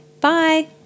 Bye